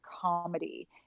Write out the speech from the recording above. comedy